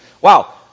wow